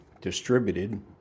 distributed